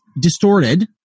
distorted